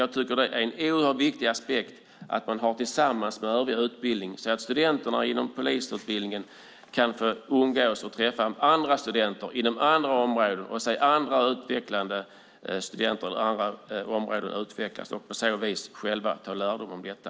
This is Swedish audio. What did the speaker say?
Jag tycker att det är en oerhört viktig aspekt att man har det tillsammans med övrig utbildning, så att studenterna inom polisutbildningen kan få träffa och umgås med studenter som utvecklas inom andra områden och på så vis själva dra lärdom av detta.